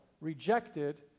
rejected